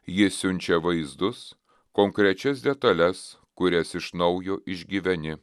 ji siunčia vaizdus konkrečias detales kurias iš naujo išgyveni